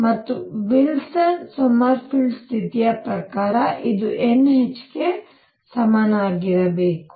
ಮತ್ತು Wilson Sommerfeld ಸ್ಥಿತಿಯ ಪ್ರಕಾರ ಇದು n h ಗೆ ಸಮನಾಗಿರಬೇಕು